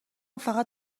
فقط